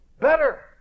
Better